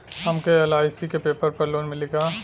हमके एल.आई.सी के पेपर पर लोन मिली का?